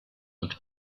und